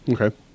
Okay